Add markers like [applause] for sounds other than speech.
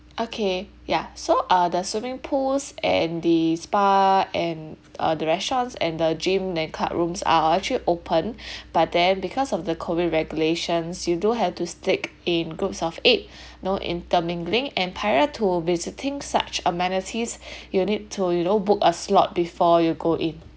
okay ya so uh the swimming pools and the spa and uh the restaurants and the gym then card rooms are actually open [breath] but then because of the COVID regulations you do have to stick in groups of eight [breath] no intermingling and prior to visiting such amenities [breath] you need to you know book a slot before you go in